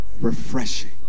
refreshing